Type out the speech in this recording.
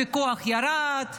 הפיקוח ירד,